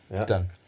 done